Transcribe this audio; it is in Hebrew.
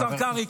השר קרעי,